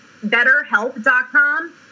BetterHelp.com